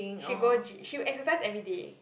she go gy~ she will exercise every day